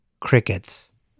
Crickets